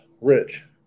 Rich –